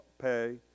pay